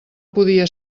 podia